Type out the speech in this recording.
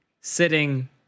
sitting